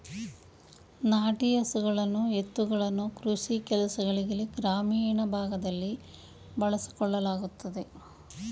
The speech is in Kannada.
ನಾಟಿ ಹಸುಗಳನ್ನು ಎತ್ತುಗಳನ್ನು ಕೃಷಿ ಕೆಲಸಗಳಿಗೆ ಗ್ರಾಮೀಣ ಭಾಗದಲ್ಲಿ ಬಳಸಿಕೊಳ್ಳಲಾಗುತ್ತದೆ